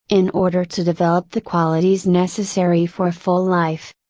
in order to develop the qualities necessary for a full life.